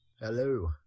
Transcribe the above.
Hello